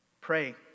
Pray